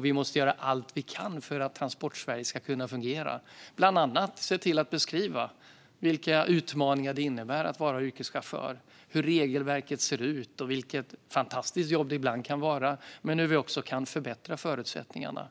Vi måste göra allt vi kan för att Transportsverige ska fungera, bland annat beskriva vilka utmaningar det innebär att vara yrkeschaufför, hur regelverket ser ut och vilket fantastiskt jobb det ibland kan vara men också hur förutsättningarna kan